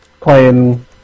playing